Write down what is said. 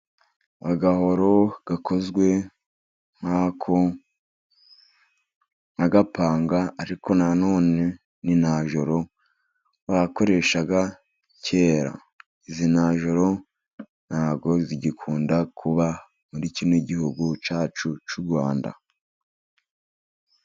Agahoro gakozwe nk'agapanga. Ariko na none ni najoro bakoreshaga kera. Izi najoro ntabwo zigikunda kuba muri kino gihugu cyacu cy'u Rwanda.